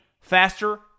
faster